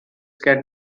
can